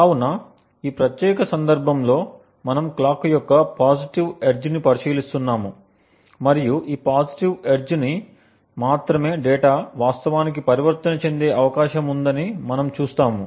కావున ఈ ప్రత్యేక సందర్భంలో మనము క్లాక్ యొక్క పాజిటివ్ ఎడ్జ్ని పరిశీలిస్తున్నాము మరియు ఈ పాజిటివ్ ఎడ్జ్ న మాత్రమే డేటా వాస్తవానికి పరివర్తన చెందే అవకాశం ఉందని మనము చూస్తాము